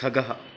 खगः